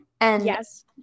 Yes